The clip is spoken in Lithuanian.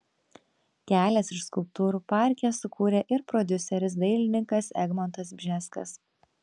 kelias iš skulptūrų parke sukūrė ir prodiuseris dailininkas egmontas bžeskas